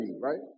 right